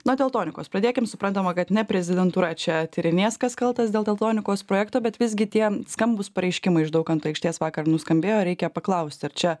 nuo tektonikos pradėkim suprantama kad ne prezidentūra čia tyrinės kas kaltas dėl teltonikos projekto bet visgi tie skambūs pareiškimai iš daukanto aikštės vakar nuskambėjo reikia paklausti ar čia